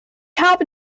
habe